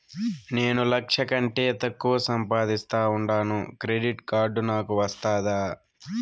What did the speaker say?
నేను లక్ష కంటే తక్కువ సంపాదిస్తా ఉండాను క్రెడిట్ కార్డు నాకు వస్తాదా